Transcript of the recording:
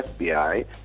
FBI